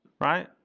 right